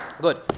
good